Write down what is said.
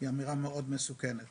היא אמירה מסוכנת מאוד.